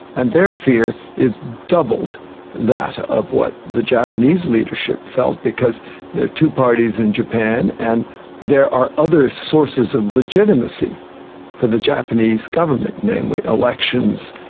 and their fear is doubled that of what the japanese leadership felt because there are two parties in japan and there are other sources of legitimacy for the japanese government, namely elections.